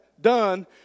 done